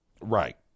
Right